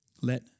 let